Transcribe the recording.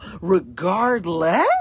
regardless